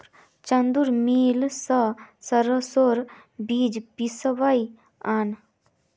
चंदूर मिल स सरसोर बीज पिसवइ आन